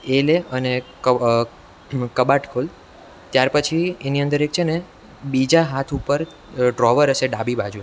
એ લે અને કબાટ ખોલ ત્યાર પછી એની અંદર એક છે ને બીજા હાથ ઉપર ડ્રોવર હશે ડાબી બાજુ